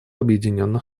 объединенных